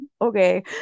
okay